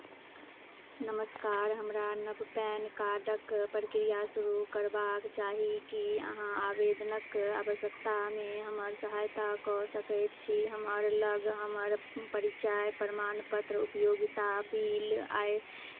नमस्कार हमरा नव पैन कार्डक प्रक्रिया शुरू करबाक चाही की अहाँ आवेदनक आवश्यकतामे हमर सहायता कऽ सकैत छी हमर लग हमर परिचय प्रमाणपत्र उपयोगिता बिल आय